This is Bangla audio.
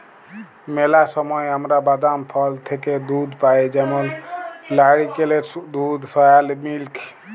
ম্যালা সময় আমরা বাদাম, ফল থ্যাইকে দুহুদ পাই যেমল লাইড়কেলের দুহুদ, সয়া মিল্ক